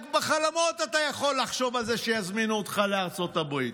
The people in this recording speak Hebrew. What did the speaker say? רק בחלומות אתה יכול לחשוב על זה שיזמינו אותך לארצות הברית.